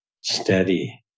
steady